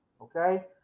Okay